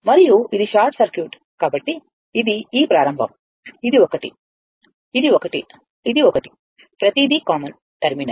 మరియు ఇది short circuit కాబట్టి ఇది ఈ ప్రారంభం ఇది ఒకటి ఇది ఒకటి ఇది ఒకటి ప్రతీదీ కామన్ టెర్మినల్